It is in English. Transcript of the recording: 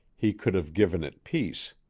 he could have given it peace.